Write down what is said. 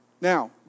Now